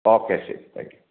okay ശരി thank you